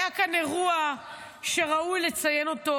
היה כאן אירוע שראוי לציין אותו,